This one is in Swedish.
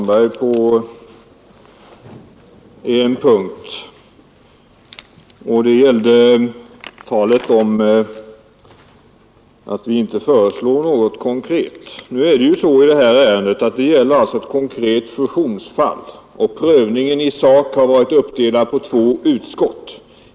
Herr talman! Jag skall passa på att lugna herr Svanberg på en punkt, nämligen beträffande talet om att vi inte föreslår något konkret. Detta ärende gäller ett konkret fusionsfall, och prövningen i sak har varit uppdelad på två utskott.